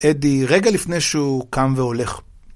אדי, רגע לפני שהוא קם והולך.